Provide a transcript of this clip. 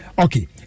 Okay